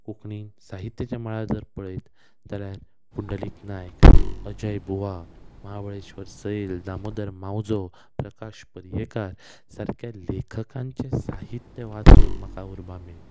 कोंकणी साहित्याच्या मळार जर पळयत जाल्यार पुंडलीक नायक अजय बुवा महाबळेश्वर सैल दामोदर मावजो प्रकाश पर्येकार सारक्या लेखकांचें साहित्य वाचून म्हाका उर्बा मेळ्ळी